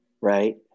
right